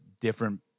different